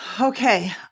Okay